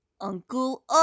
Uncle